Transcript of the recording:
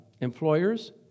employers